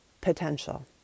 potential